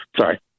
Sorry